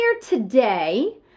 today